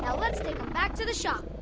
and let's take em back to the shop!